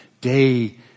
day